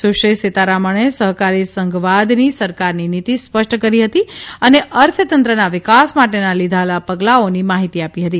સુશ્રી સીતારમણે સહકારી સંઘવાદની સરકારની નીતી સ્પષ્ટ કરી હતી અને અર્થતંત્રના વિકાસ માટેના લીઘેલા પગલાંઓની માહીતી આપી હતી